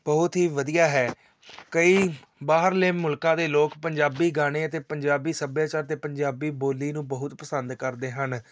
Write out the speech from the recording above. ਬਹੁਤ ਹੀ ਵਧੀਆ ਹੈ ਕਈ ਬਾਹਰਲੇ ਮੁਲਕਾਂ ਦੇ ਲੋਕ ਪੰਜਾਬੀ ਗਾਣੇ ਅਤੇ ਪੰਜਾਬੀ ਸੱਭਿਆਚਾਰ ਅਤੇ ਪੰਜਾਬੀ ਬੋਲੀ ਨੂੰ ਬਹੁਤ ਪਸੰਦ ਕਰਦੇ ਹਨ